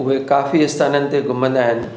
उहे काफ़ी इस्थाननि ते घुमंदा आहिनि